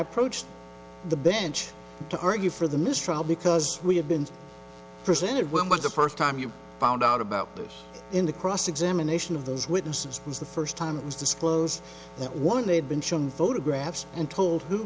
approached the bench to argue for the mistrial because we have been presented when was the first time you found out about this in the cross examination of those witnesses was the first time it was disclosed that one they've been shown photographs and told